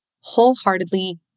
wholeheartedly